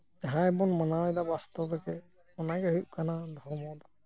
ᱡᱟᱦᱟᱸᱭ ᱵᱚᱱ ᱢᱟᱱᱟᱣᱮᱫᱟ ᱵᱟᱥᱛᱚᱵ ᱜᱮ ᱚᱱᱟ ᱜᱮ ᱦᱩᱭᱩᱜ ᱠᱟᱱᱟ ᱫᱷᱚᱨᱢᱚ ᱫᱚ